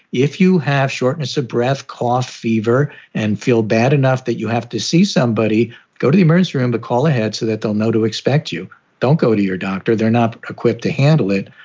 if you have shortness of breath, cough, fever and feel bad enough that you have to see somebody go to the emergency room to call ahead so that they'll know to expect you don't go to your doctor. they're not equipped to handle it.